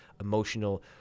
emotional